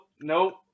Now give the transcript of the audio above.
nope